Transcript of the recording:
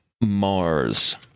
Mars